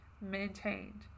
maintained